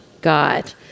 God